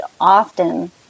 often